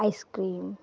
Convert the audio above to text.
icecream